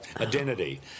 identity